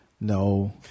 No